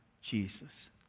Jesus